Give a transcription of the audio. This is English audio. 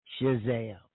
Shazam